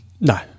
No